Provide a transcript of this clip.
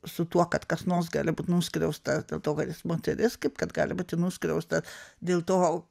su tuo kad kas nors gali būt nuskriaustas dėl to kad jis moteris kaip kad gali būti nuskriaustas dėl to